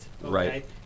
Right